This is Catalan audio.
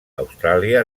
austràlia